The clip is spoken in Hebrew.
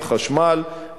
חשמל,